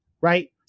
right